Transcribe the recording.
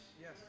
Yes